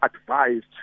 advised